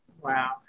Wow